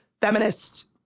feminist